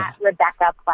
Rebecca